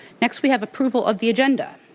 next, we have approval of the agenda.